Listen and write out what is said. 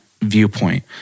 viewpoint